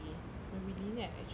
might be lynnette actually